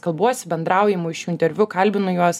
kalbuosi bendrauju imu iš jų interviu kalbinu juos